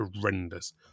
horrendous